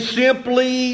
simply